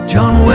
John